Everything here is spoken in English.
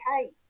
okay